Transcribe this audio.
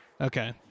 Okay